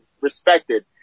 respected